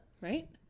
right